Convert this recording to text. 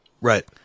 right